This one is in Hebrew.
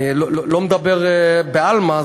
אני לא מדבר בעלמא.